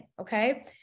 Okay